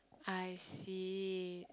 I see